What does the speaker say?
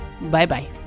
Bye-bye